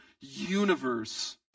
universe